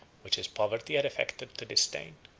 which his poverty had affected to disdain.